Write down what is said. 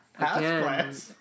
Houseplants